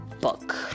book